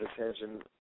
attention